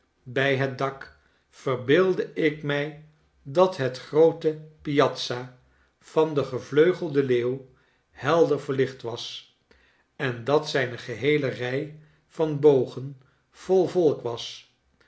bij het dak verbeeldde ik mij dat het groote piazza van den qe vleugelden leeuw helder verlicht was en dat zijne geheele rij van bogen vol volk was